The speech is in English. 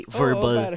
verbal